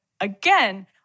again